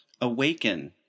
awaken